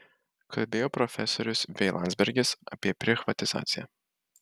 kalbėjo profesorius v landsbergis apie prichvatizaciją